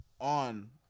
on